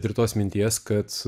ir tos minties kad